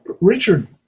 Richard